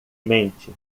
mente